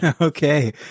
Okay